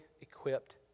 equipped